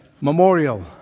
memorial